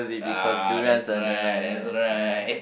ah that's right that's right